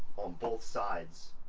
on both sides